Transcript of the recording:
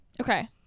Okay